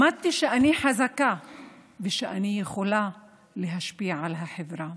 למדתי שאני חזקה ושאני יכולה להשפיע על החברה.